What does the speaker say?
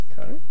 Okay